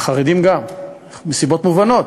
החרדים גם, מסיבות מובנות.